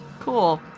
Cool